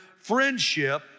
Friendship